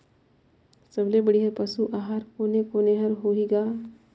सबले बढ़िया पशु आहार कोने कोने हर होही ग?